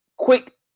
Quick